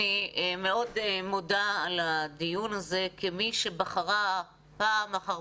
אני מאוד מודה על הדיון הזה כמי שבחרה פעם אחר